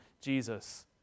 Jesus